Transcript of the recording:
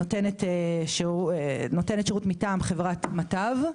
נותנת שירות מטעם חברת מטב,